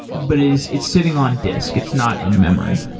but it's it's sitting on disk. it's not in-memory?